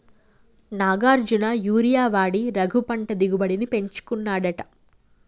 Nagarjuna urea వాడి రఘు పంట దిగుబడిని పెంచుకున్నాడట